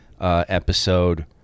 episode